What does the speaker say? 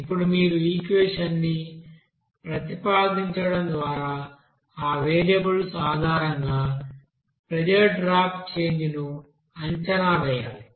ఇప్పుడు మీరు ఈక్వెషన్ని ప్రతిపాదించడం ద్వారా ఆ వేరియబుల్స్ ఆధారంగా ప్రెజర్ డ్రాప్ చేంజ్ ను అంచనా వేయాలి